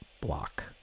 block